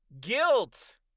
Guilt